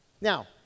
Now